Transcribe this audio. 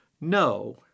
no